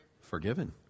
Forgiven